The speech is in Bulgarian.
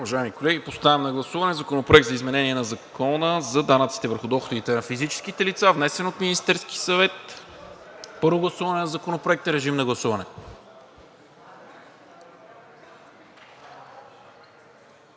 Уважаеми колеги, поставям на гласуване Законопроект за изменение на Закона за данъците върху доходите на физическите лица, внесен от Министерския съвет – първо гласуване на Законопроекта. Гласували